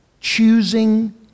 choosing